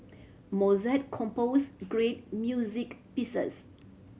Mozart composed great music pieces